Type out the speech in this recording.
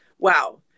wow